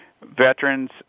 veterans